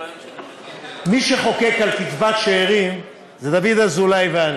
מי שחוקק על קצבת שאירים זה דוד אזולאי ואני.